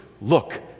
Look